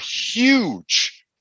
huge